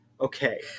Okay